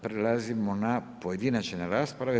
Prelazimo na pojedinačne rasprave.